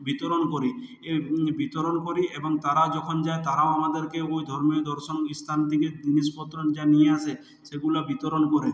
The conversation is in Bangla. বিতরণ করি এর বিতরণ করি এবং তারা যখন যায় তারাও আমাদেরকে ওই ধর্মীয় দর্শন স্থান থেকে জিনিসপত্র যা নিয়ে আসে সেগুলা বিতরণ করে